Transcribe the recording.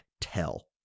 tell